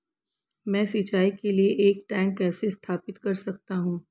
मैं सिंचाई के लिए एक टैंक कैसे स्थापित कर सकता हूँ?